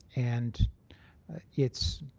and it's